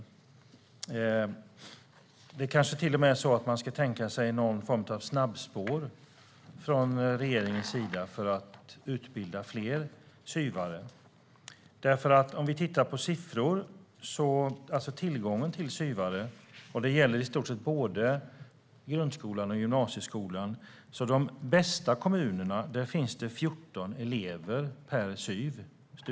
Regeringen kanske till och med ska tänka sig någon form av snabbspår för att utbilda fler SYV:are. När det gäller tillgången till SYV:are på grundskola och gymnasieskola går det i de bästa kommunerna 14 elever per SYV.